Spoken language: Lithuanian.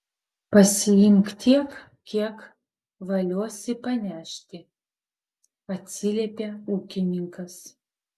pasiimk tiek kiek valiosi panešti atsiliepė ūkininkas